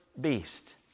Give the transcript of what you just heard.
beast